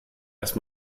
erst